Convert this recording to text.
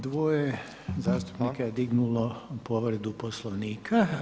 Dvoje zastupnika je dignulo povredu Poslovnika.